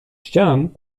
ścian